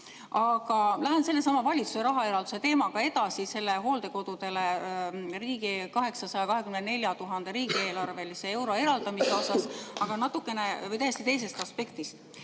Aga lähen sellesama valitsuse rahaeralduse teemaga edasi selle hooldekodudele ligi 824 000 riigieelarvelise euro eraldamisega, aga täiesti teisest aspektist.